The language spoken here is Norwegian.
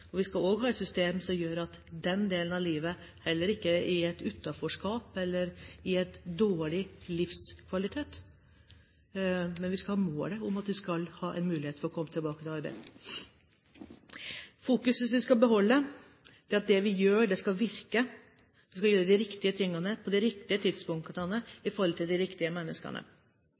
Vi skal også ha et system som gjør at den delen av livet heller ikke er i et utenforskap eller gir en dårlig livskvalitet, men vi skal ha målet om at de skal ha en mulighet for å komme tilbake i arbeid. Fokuset som vi skal beholde, er at det vi gjør, skal virke. Vi skal gjøre de riktige tingene på de riktige tidspunktene i forhold til de riktige menneskene.